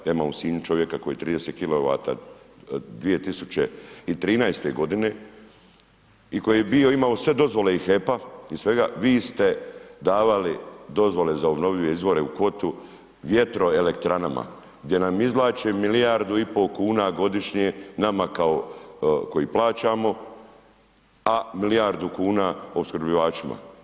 Ja imam u Sinju čovjeka koji je 30 kW 2013. godine i koji je bio imao i sve dozvole i HEP-a i svega, vi ste davali dozvole za obnovljive izvore u kvotu vjetroelektranama, gdje nam izvlače milijardu i pol kuna godišnje, nama koji plaćamo, a milijardu kuna opskrbljivačima.